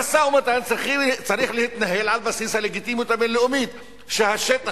המשא-ומתן צריך להתנהל על בסיס הלגיטימיות הבין-לאומית שהשטח